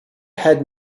had